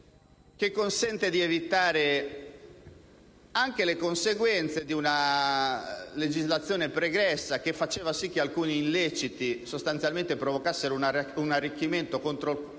che consente di evitare anche le conseguenze di una legislazione pregressa, che faceva sì che alcuni illeciti sostanzialmente provocassero un arricchimento contro il